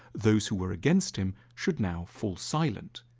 those who were against him should now fall silent.